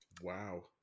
Wow